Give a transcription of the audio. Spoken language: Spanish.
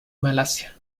malasia